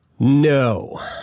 No